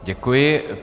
Děkuji.